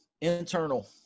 internal